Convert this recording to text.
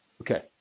Okay